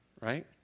Right